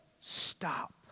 stop